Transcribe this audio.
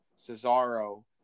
Cesaro